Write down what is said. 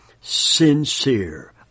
sincere